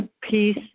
peace